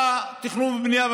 המינהליות,